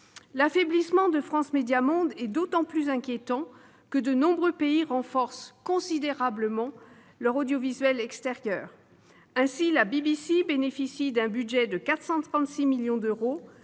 L'affaiblissement de France Médias Monde est d'autant plus inquiétant que de nombreux pays renforcent considérablement leur audiovisuel extérieur. Ainsi, la BBC bénéficie d'un budget de 436 millions d'euros